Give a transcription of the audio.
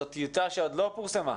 כלפי ארגון שנציגיו לא יכלו להיות פה